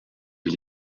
des